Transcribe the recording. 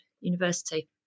University